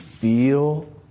feel